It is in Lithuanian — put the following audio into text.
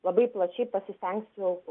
labai plačiai pasistengsiu